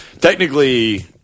technically